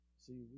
See